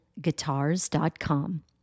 guitars.com